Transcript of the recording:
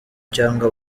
cyangwa